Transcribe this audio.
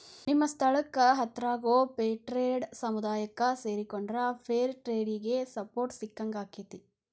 ನಿಮ್ಮ ಸ್ಥಳಕ್ಕ ಹತ್ರಾಗೋ ಫೇರ್ಟ್ರೇಡ್ ಸಮುದಾಯಕ್ಕ ಸೇರಿಕೊಂಡ್ರ ಫೇರ್ ಟ್ರೇಡಿಗೆ ಸಪೋರ್ಟ್ ಸಿಕ್ಕಂಗಾಕ್ಕೆತಿ